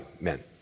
men